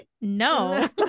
no